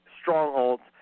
strongholds